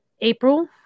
April